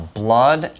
blood